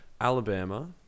alabama